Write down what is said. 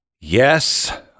Yes